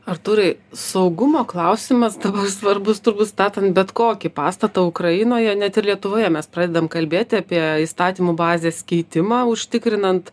artūrai saugumo klausimas daba svarbus turbūt statant bet kokį pastatą ukrainoje net ir lietuvoje mes pradedam kalbėti apie įstatymų bazės keitimą užtikrinant